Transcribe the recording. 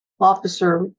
officer